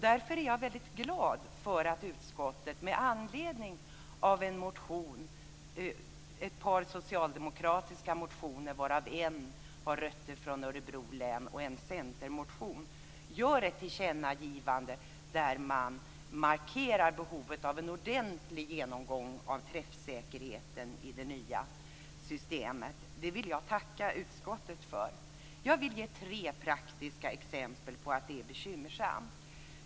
Därför är jag mycket glad för att utskottet med anledning av ett par socialdemokratiska motioner, varav en har rötter i Örebro län, och en centermotion gör ett tillkännagivande, där man markerar behovet av en ordentlig genomgång av träffsäkerheten i det nya systemet. Det vill jag tacka utskottet för. Jag vill ge två praktiska exempel på att det är bekymmersamt.